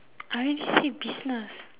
I already say business